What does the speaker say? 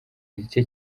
gike